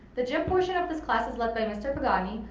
the gym portion of this class is led by mr. pagani,